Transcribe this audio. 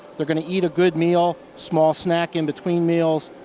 they're going to eat a good meal, small snack in between meals.